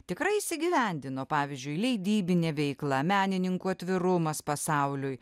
tikrai įsigyvendino pavyzdžiui leidybinė veikla menininkų atvirumas pasauliui